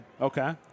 Okay